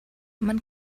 man